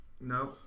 No